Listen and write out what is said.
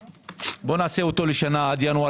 בוא נעשה אותו לשנה, עד ינואר